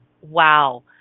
wow